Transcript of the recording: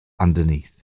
underneath